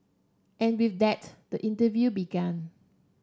and with that the interview began